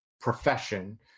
profession